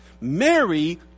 Mary